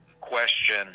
question